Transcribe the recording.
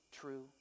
true